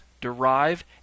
derive